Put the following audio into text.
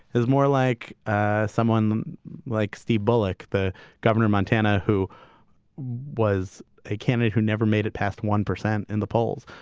he's more like ah someone like steve bullock, the governor of montana, who was a candidate who never made it past one percent in the polls.